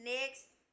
Next